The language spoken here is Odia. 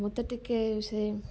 ମୋତେ ଟିକେ ସେ